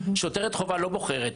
שוטרת חובה לא בוחרת.